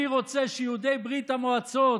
אני רוצה שיהודי ברית המועצות